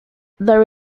there